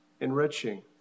enriching